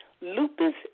Lupus